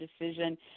decision